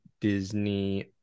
Disney